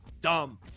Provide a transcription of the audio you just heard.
Dumb